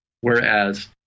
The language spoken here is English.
Whereas